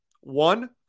one